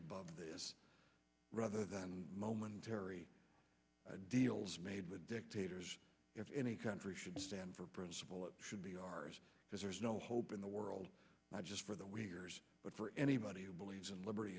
above this rather than momentary deals made with dictators if any country should stand for principle it should be ours because there is no hope in the world not just for the weavers but for anybody who believes in liberty